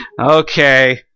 okay